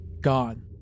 gone